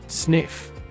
Sniff